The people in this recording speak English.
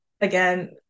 again